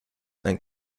and